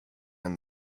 and